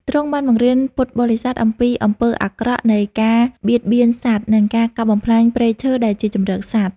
ទ្រង់បានបង្រៀនពុទ្ធបរិស័ទអំពីអំពើអាក្រក់នៃការបៀតបៀនសត្វ និងការកាប់បំផ្លាញព្រៃឈើដែលជាជម្រកសត្វ។